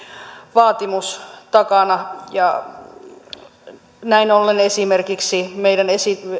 vaatimus takana näin ollen esimerkiksi meidän